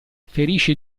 ferisce